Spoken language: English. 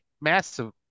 massive